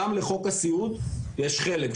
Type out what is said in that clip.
גם לחוק הסיעוד יש חלק בזה.